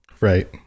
Right